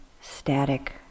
static